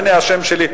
הנה השם שלי.